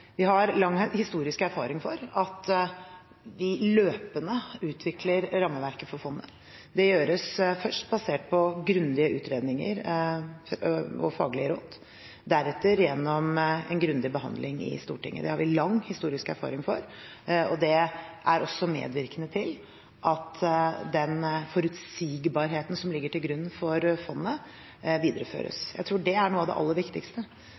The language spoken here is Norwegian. Vi har lang historisk erfaring for at vi løpende utvikler rammeverket for fondet. Det gjøres først basert på grundige utredninger og faglige råd og deretter gjennom en grundig behandling i Stortinget. Det har vi lang historisk erfaring for, og det er også medvirkende til at den forutsigbarheten som ligger til grunn for fondet, videreføres. Jeg tror det er noe av det aller viktigste,